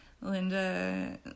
Linda